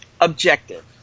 objective